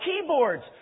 keyboards